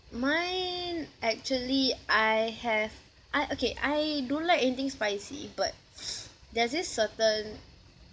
mine actually I have I okay I don't like anything spicy but there's this certain